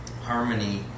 Harmony